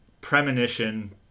Premonition